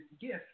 gift